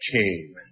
came